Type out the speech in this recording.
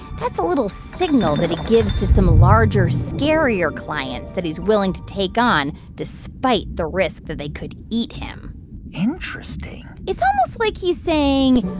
that's a little signal that he gives to some larger, scarier clients that he's willing to take on despite the risk that they could eat him interesting it's almost like he's saying,